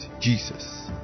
Jesus